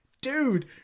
dude